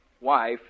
Wife